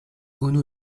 unu